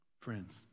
Friends